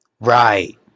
Right